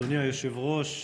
אדוני היושב-ראש,